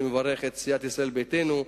אני מברך סיעת את ישראל ביתנו,